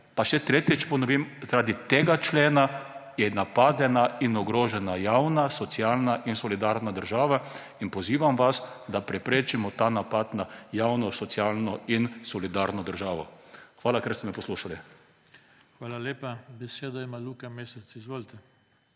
še tretjič ponovim, zaradi tega člena je napadena in ogrožena javna, socialna in solidarna država. Pozivam vas, da preprečimo ta napad na javno, socialno in solidarno državo. Hvala, ker ste me poslušali. **PODPREDSEDNIK JOŽE TANKO:** Hvala lepa. Besedo ima Luka Mesec. Izvolite.